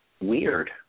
weird